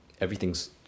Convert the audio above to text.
everything's